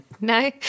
No